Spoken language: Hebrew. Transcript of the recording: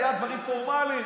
היו דברים פורמליים.